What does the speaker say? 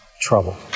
trouble